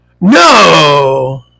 no